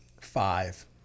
five